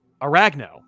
Aragno